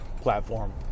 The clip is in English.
platform